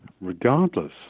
regardless